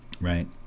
right